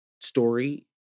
story